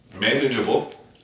manageable